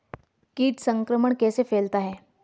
कीट संक्रमण कैसे फैलता है?